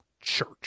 church